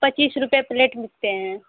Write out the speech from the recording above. पचीस रुपये प्लेट बिकते हैं